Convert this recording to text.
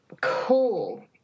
Cool